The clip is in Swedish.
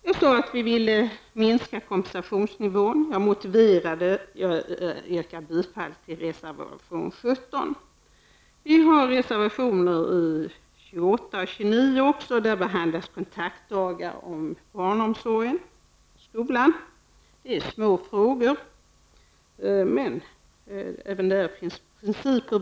Jag sade att vi vill minska kompensationsnivån, och jag vill yrka bifall till reservation 17. I reservation 28 och 29 behandlas kontaktdagar med barnomsorg och skola. Det är små frågor. Men även där finns principer.